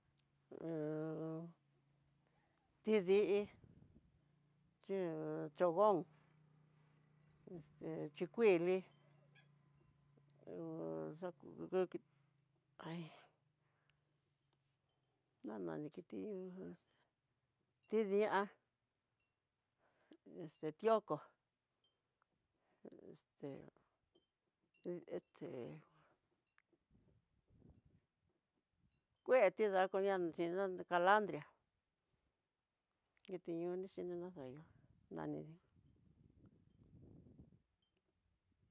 tidí, chí chonguon, este xhikuili hu xaku kukuki hay na nini kiti tindi'á este tioko este hu este kueti dakuña dakoñan xhina, calandria kiti ñoni xayó naniti.